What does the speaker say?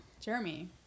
Jeremy